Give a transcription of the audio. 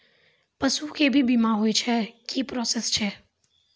पसु के भी बीमा होय छै, की प्रोसेस छै?